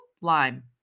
lime